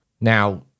Now